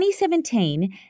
2017